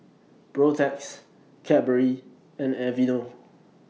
Protex Cadbury and Aveeno